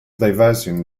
diversion